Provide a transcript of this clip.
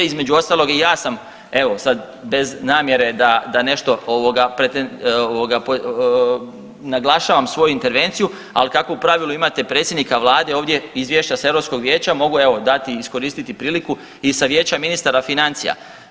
Između ostalog je jasan evo sad bez namjere da nešto ovoga, ovoga naglašavam svoju intervenciju ali kako u pravilu imate predsjednika vlade ovdje izvješće s Europskog vijeća, mogu evo dati i iskoristiti priliku i sa Vijećem ministara financija.